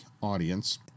audience